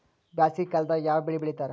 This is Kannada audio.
ಬ್ಯಾಸಗಿ ಕಾಲದಾಗ ಯಾವ ಬೆಳಿ ಬೆಳಿತಾರ?